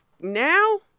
now